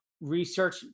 research